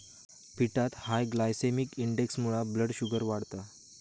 पिठात high glycemic इंडेक्समुळा blood sugar वाढता